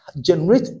generate